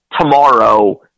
tomorrow